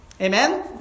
Amen